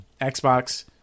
Xbox